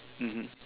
mmhmm